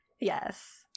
Yes